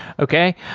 okay.